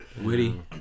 witty